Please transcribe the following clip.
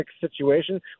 situation